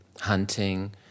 hunting